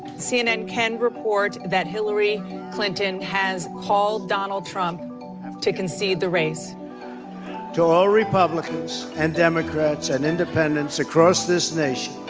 cnn can report that hillary clinton has called donald trump to concede the race to all republicans and democrats and independents across this nation,